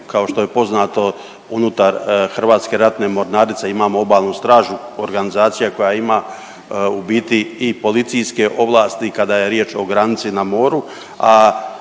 kao što je poznato unutar Hrvatske ratne mornarice imamo obalnu stražu, organizacija koja ima u biti i policijske ovlasti kada je riječ o granici na moru,